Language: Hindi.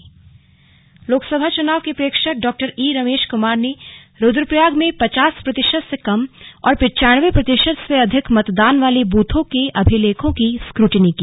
स्लग स्क्रूटनी रुद्रप्रयाग लोकसभा चुनाव के प्रेक्षक डॉ ई रमेश कुमार ने रुद्वप्रयाग में पचास प्रतिशत से कम और पिच्चानवें प्रतिशत से अधिक मतदान वाले बूथों के अभिलेखों की स्क्रटनी की